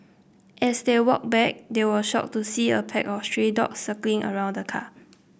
as they walked back they were shocked to see a pack of stray dogs circling around the car